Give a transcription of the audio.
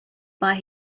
buy